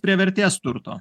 prie vertės turto